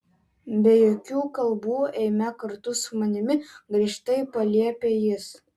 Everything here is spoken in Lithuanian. be jokių kalbų eime kartu su manimi griežtai paliepė jis